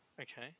Okay